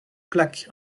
plaques